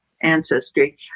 ancestry